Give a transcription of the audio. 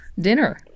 dinner